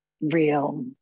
real